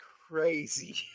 crazy